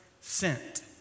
sent